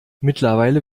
mittlerweile